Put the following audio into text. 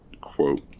quote